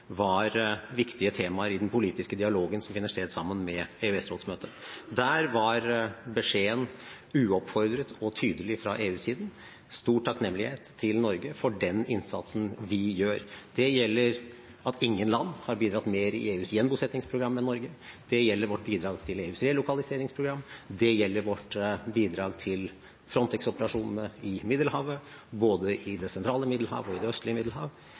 var viktige temaer i den politiske dialogen som fant sted i EØS-rådsmøtet. Der var beskjeden uoppfordret og tydelig fra EU-siden: stor takknemlighet til Norge for den innsatsen vi gjør. Det gjelder det at ingen land har bidratt mer i EUs gjenbosettingsprogram enn Norge. Det gjelder vårt bidrag til EUs relokaliseringsprogram. Det gjelder vårt bidrag til Frontex-operasjonene i Middelhavet, både i det sentrale middelhav og i det østlige middelhav.